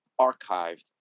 archived